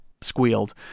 squealed